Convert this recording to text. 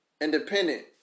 Independent